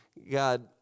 God